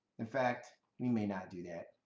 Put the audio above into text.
in fact, we may not do that.